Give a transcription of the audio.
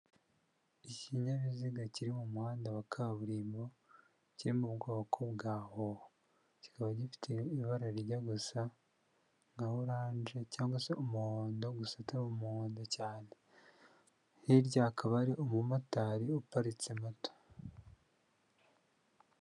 Ikinyabiziga kiri mu muhanda wa kaburimbo kiri mu bwoko bwahoho kikaba gifite ibara rijya gusa nka orange cg se umuhondo gusa utari umuhondo cyane hirya hakaba hari umumotari uparitse mato.